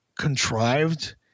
contrived